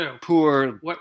Poor